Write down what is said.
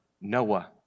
Noah